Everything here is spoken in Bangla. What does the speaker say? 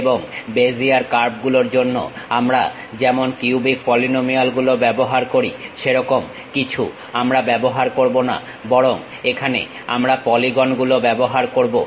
এবং বেজিয়ার কার্ভগুলোর জন্য আমরা যেমন কিউবিক পলিনোমিয়ালগুলো ব্যবহার করি সেরকম কিছু আমরা ব্যবহার করবো না বরং এখানে আমরা পলিগন গুলো ব্যবহার করবো